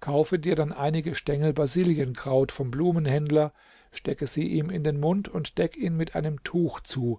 kaufe dir dann einige stengel basilienkraut vom blumenhändler stecke sie ihm in den mund und deck ihn mit einem tuch zu